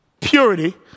purity